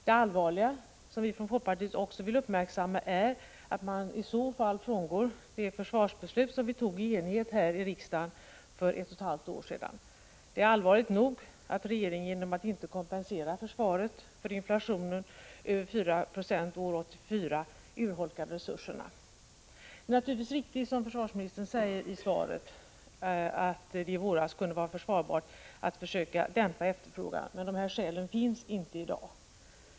Det allvarliga som bl.a. vi från folkpartiet vill uppmärksamma är att man i så fall frångår det försvarsbeslut som vi för ett och ett halvt år sedan fattade i enighet här i riksdagen. Det är allvarligt nog att regeringen genom att inte kompensera försvaret för inflationen, som uppgick till 4 96 år 1984, urholkar resurserna. Det är naturligtvis riktigt, som försvarsministern säger i sitt besked, att det i våras kunde vara försvarbart att försöka dämpa efterfrågan, men skälen härför finns inte i dag.